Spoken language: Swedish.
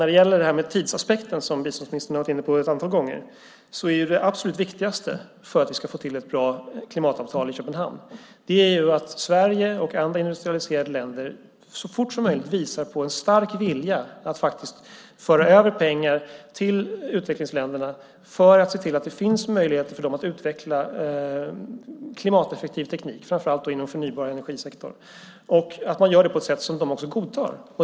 När det gäller tidsaspekten, som biståndsministern har varit inne på ett antal gånger, är det absolut viktigaste för att vi ska få till ett bra klimatavtal i Köpenhamn att Sverige och andra industrialiserade länder så fort som möjligt visar en stark vilja att faktiskt föra över pengar till utvecklingsländerna för att se till att det finns möjligheter för dem att utveckla klimateffektiv teknik, framför allt inom sektorn för förnybar energi, och att man gör det på ett sätt som de också godtar.